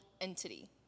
entity